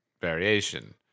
variation